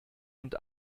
und